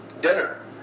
dinner